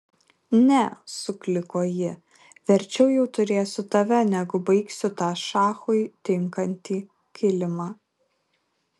ne sukliko ji verčiau jau turėsiu tave negu baigsiu tą šachui tinkantį kilimą